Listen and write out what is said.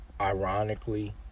Ironically